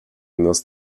nas